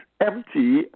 empty